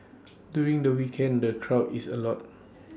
during the weekends the crowd is A lot